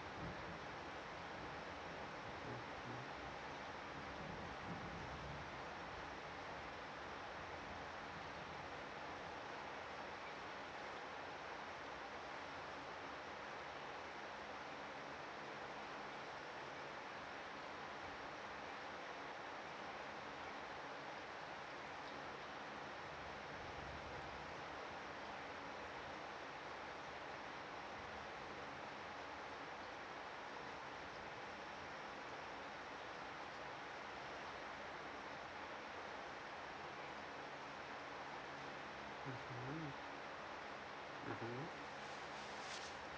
mmhmm